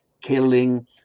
killing